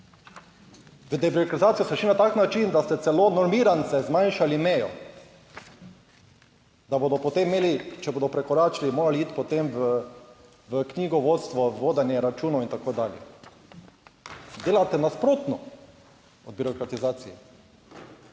V deprivatizacijo so šli na tak način, da ste celo normirance zmanjšali mejo, da bodo potem imeli, če bodo prekoračili, morali iti potem v knjigovodstvo, vodenje računov in tako dalje. Delate nasprotno od birokratizacije.